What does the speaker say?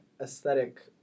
aesthetic